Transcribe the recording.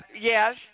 Yes